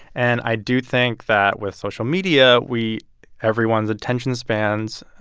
and i do think that, with social media, we everyone's attention spans